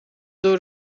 door